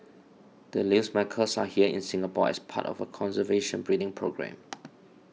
the Lear's macaws are here in Singapore as part of a conservation breeding programme